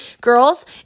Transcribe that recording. girls